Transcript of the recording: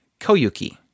Koyuki